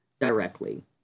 directly